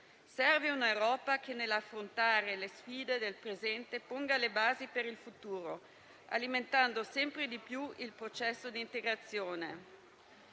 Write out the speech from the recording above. Serve un'Europa che, nell'affrontare le sfide del presente, ponga le basi per il futuro, alimentando sempre di più il processo di integrazione.